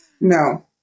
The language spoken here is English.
No